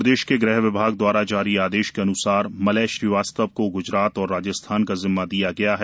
प्रदेश के गृह विभाग द्वारा जारी आदेश के अन्सार मलय श्रीवास्तव को गुजरात और राजस्थान का ज़िम्मा दिया गया है